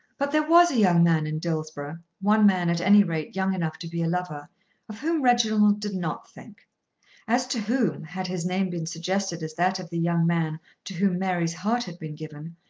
but there was a young man in dillsborough one man at any rate young enough to be a lover of whom reginald did not think as to whom, had his name been suggested as that of the young man to whom mary's heart had been given,